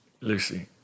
Lucy